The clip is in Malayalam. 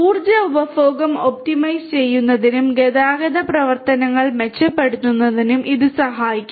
ഉർജ്ജ ഉപഭോഗം ഒപ്റ്റിമൈസ് ചെയ്യുന്നതിനും ഗതാഗത പ്രവർത്തനങ്ങൾ മെച്ചപ്പെടുത്തുന്നതിനും ഇത് സഹായിക്കും